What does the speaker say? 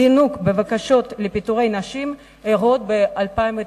זינוק בבקשות לפיטורי נשים הרות ב-2009,